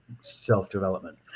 self-development